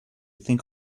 think